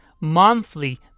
monthly